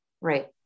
Right